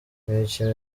imikino